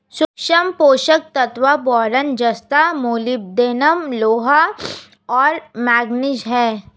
सूक्ष्म पोषक तत्व बोरान जस्ता मोलिब्डेनम लोहा और मैंगनीज हैं